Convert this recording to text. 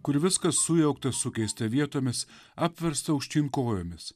kur viskas sujaukta sukeista vietomis apversta aukštyn kojomis